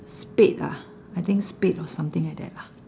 spade ah I think spade or something like that lah